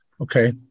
Okay